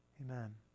amen